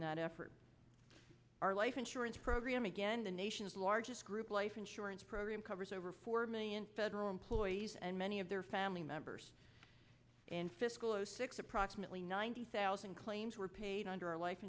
in that effort our life insurance program again the nation's largest group life insurance program covers over four million federal employees and many of their family members in fiscal zero six approximately ninety thousand claims were paid under a life